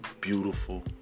beautiful